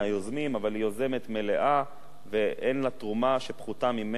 אבל היא יוזמת מלאה ואין לה תרומה שפחותה משלי ולו